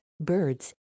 birds